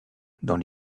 dans